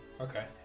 Okay